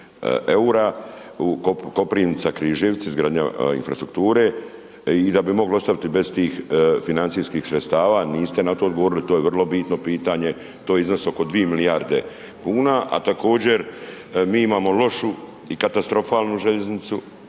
EUR-a Koprivnica-Križevci, izgradnja infrastrukture i da bi mogli ostati bez tih financijskih sredstava, niste na to odgovorili, to je vrlo bitno pitanje, to je iznos oko dvije milijarde kuna, a također mi imamo lošu i katastrofalnu željeznicu,